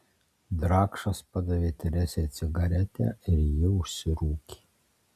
drakšas padavė teresei cigaretę ir ji užsirūkė